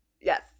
Yes